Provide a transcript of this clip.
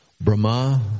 Brahma